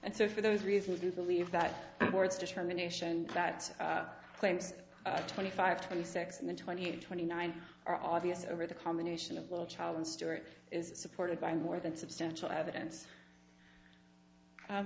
and so for those reasons to believe that words determination that claims twenty five twenty six and the twenty eight twenty nine are obvious over the combination of little child and stuart is supported by more than substantial evidence